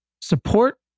support